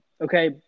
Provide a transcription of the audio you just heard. okay